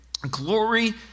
glory